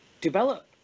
develop